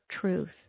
truth